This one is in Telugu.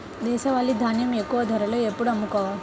దేశవాలి ధాన్యం ఎక్కువ ధరలో ఎప్పుడు అమ్ముకోవచ్చు?